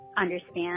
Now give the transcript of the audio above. understand